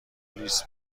لیس